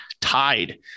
tied